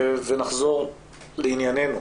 ונחזור לענייננו.